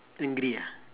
angry ah